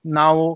now